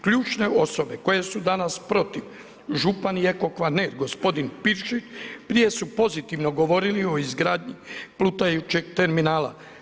Ključne osobe koje su danas protiv, župan i Eko-Kvarner, gospodin Piršić, prije su pozitivno govorili o izgradnji plutajućeg terminala.